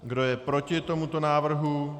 Kdo je proti tomuto návrhu?